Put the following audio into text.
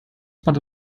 padł